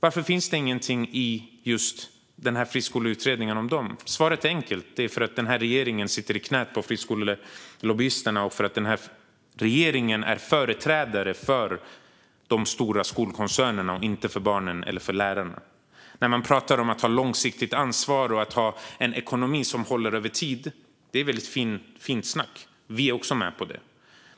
Varför finns det inget i friskoleutredningen om dem? Svaret är enkelt. Det är för att den här regeringen sitter i knät på friskolelobbyisterna och är företrädare för de stora skolkoncernerna och inte för barnen eller lärarna. När man pratar om att ta långsiktigt ansvar och att ha en ekonomi som håller över tid är det väldigt fint snack; vi är också med på det.